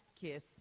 kiss